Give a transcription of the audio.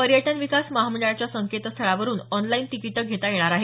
पर्यटन विकास महामंडळाच्या संकेतस्थळावरून ऑनलाईन तिकिटं घेता येणार आहेत